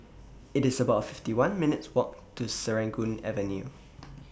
It's about fiftyone minutes' Walk to Serangoon Avenue